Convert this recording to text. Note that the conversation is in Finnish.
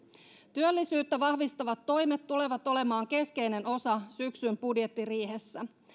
työllisyyttä vahvistavat toimet tulevat olemaan keskeinen osa syksyn budjettiriihessä